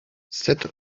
sept